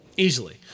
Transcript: Easily